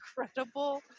incredible